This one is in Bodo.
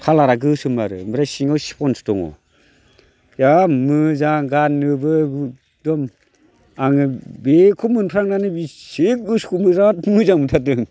कालारा गोसोम आरो ओमफ्राय सिङाव स्प'न्ज दङ जा मोजां गाननोबो एकदम आङो बेखौ मोनफ्लांनानै बेसे गोसो जा मोजां मोनथारदों